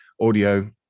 audio